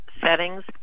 settings